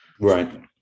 right